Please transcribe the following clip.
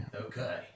Okay